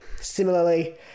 similarly